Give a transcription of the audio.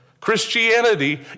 Christianity